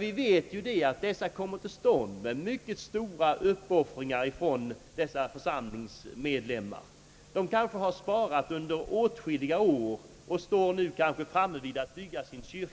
Vi vet att dessa kyrkor kommer till stånd med mycket stora uppoffringar av församlingsmedlemmarna. De har kanske sparat under åtskilliga år och står nu framme vid målet att kunna bygga sin kyrka.